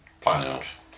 Plastics